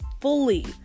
fully